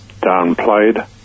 downplayed